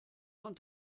von